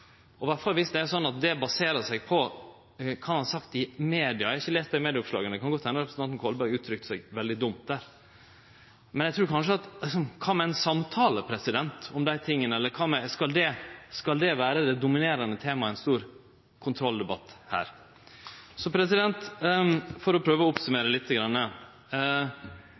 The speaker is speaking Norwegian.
i alle fall viss det baserer seg på kva han har sagt i media. Eg har ikkje lese dei medieoppslaga. Det kan godt hende at representanten Kolberg uttrykte seg veldig dumt der, men kva med ein samtale om dei tinga? Skal det vere det dominerande temaet i ein stor kontrolldebatt her? For å prøve å